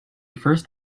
first